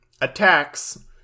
attacks